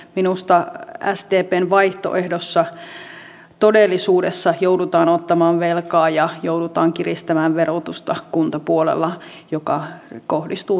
minusta sdpn vaihtoehdossa todellisuudessa joudutaan ottamaan velkaa ja joudutaan kiristämään verotusta kuntapuolella mikä kohdistuu nimenomaan pienituloisiin